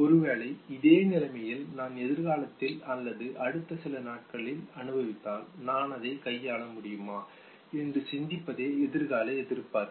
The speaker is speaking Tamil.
ஒருவேளை இதே நிலைமையில் நான் எதிர்காலத்தில் அல்லது அடுத்த சில நாட்களில் அனுபவித்தால் நான் அதை கையாள முடியுமா என்று சிந்திப்பதே எதிர்கால எதிர்பார்ப்பு